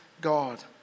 God